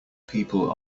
people